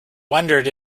wondered